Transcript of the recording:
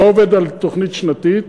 הוא לא עובד על תוכנית שנתית,